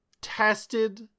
tested